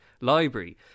library